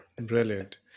Brilliant